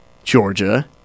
georgia